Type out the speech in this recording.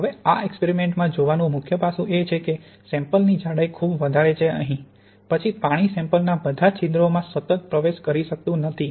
હવે આ એક્સપેરિમેંટ માં જોવાનું મુખ્ય પાસું એ છે કે સેમ્પલની જાડાઈ ખૂબ વધારે છે અહીં પછી પાણી સેમ્પલના બધા છિદ્રોમાં સતત પ્રવેશ કરી શકતું નથી